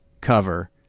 cover